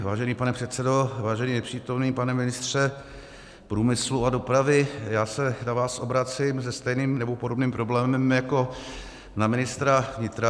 Vážený pane předsedo, vážený nepřítomný pane ministře průmyslu a dopravy, já se na vás obracím se stejným nebo podobným problémem jako na ministra vnitra.